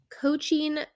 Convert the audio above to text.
coaching